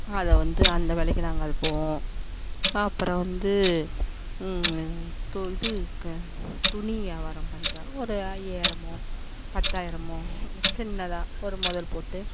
அதை வந்து அந்த வேலைக்கு நாங்கள் போவோம் அப்புறம் வந்து இது துணி யாவாரம் பண்ணுறேன் ஒரு ஐயாயிரமோ பத்தாயிரமோ சின்னதாக ஒரு முதல் போட்டு